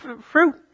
fruit